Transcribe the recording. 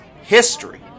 history